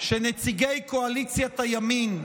בכך שנציגי קואליציית הימין,